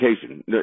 education